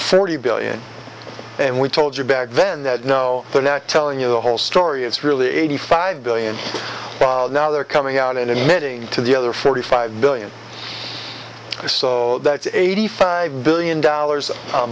thirty billion and we told you back then that no they're not telling you the whole story it's really eighty five billion now they're coming out and heading to the other forty five billion so that's eighty five billion dollars a